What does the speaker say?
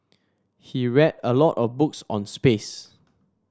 he read a lot of books on space